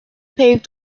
paved